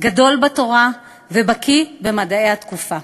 גדול בתורה ובקי במדעי התקופה.